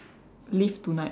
live tonight